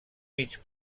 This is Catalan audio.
mig